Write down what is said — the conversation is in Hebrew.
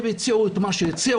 הם הציעו את מה שהציעו.